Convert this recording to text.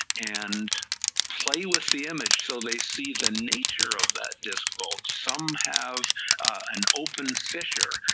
and play with the image so they see the nature of that disc bulge, some have an open fissure,